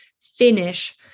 finish